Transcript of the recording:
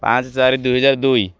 ପାଞ୍ଚ ଚାରି ଦୁଇହଜାର ଦୁଇ